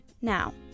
Now